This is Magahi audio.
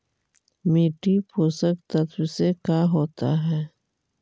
मिट्टी पोषक तत्त्व से का होता है?